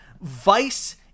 vice